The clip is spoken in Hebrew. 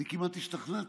אני כמעט השתכנעתי,